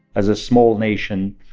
as a small nation,